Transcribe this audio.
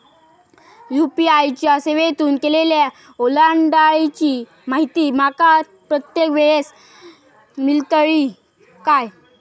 UPI च्या सेवेतून केलेल्या ओलांडाळीची माहिती माका प्रत्येक वेळेस मेलतळी काय?